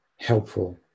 Helpful